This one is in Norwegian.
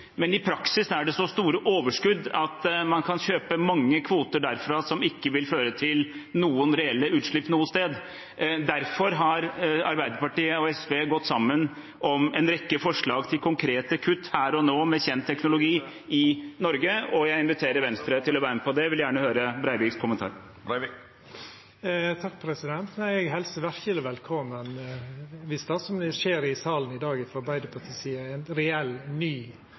men i praksis er det så store overskudd at man kan kjøpe mange kvoter derfra som ikke vil føre til noen reelle utslippskutt noe sted. Derfor har Arbeiderpartiet og SV gått sammen om en rekke forslag til konkrete kutt her og nå, med kjent teknologi i Norge, og jeg inviterer Venstre til å være med på det. Jeg vil gjerne høre Breiviks kommentar. Eg helsar det verkeleg velkomen dersom det som skjer i salen i dag frå Arbeidarpartiets side, er ein reell ny